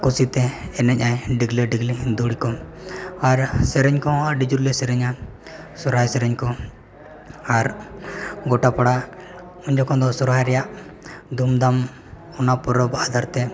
ᱠᱩᱥᱤᱛᱮ ᱮᱱᱮᱡᱟᱭ ᱰᱤᱜᱽᱞᱟᱹᱼᱰᱤᱜᱽᱞᱤ ᱫᱷᱩᱲᱤ ᱠᱚ ᱟᱨ ᱥᱮᱨᱮᱧ ᱠᱚᱦᱚᱸ ᱟᱹᱰᱤ ᱡᱳᱨᱞᱮ ᱥᱮᱨᱮᱧᱟ ᱥᱚᱨᱦᱟᱭ ᱥᱮᱨᱮᱧ ᱠᱚ ᱟᱨ ᱜᱚᱴᱟ ᱯᱟᱲᱟ ᱩᱱ ᱡᱚᱠᱷᱚᱱ ᱫᱚ ᱥᱚᱨᱦᱟᱭ ᱨᱮᱭᱟᱜ ᱫᱷᱩᱢᱫᱷᱟᱢ ᱚᱱᱟ ᱯᱚᱨᱚᱵᱽ ᱟᱫᱷᱟᱨᱛᱮ